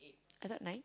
I thought nine